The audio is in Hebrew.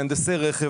מהנדסי רכב,